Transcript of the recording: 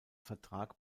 vertrag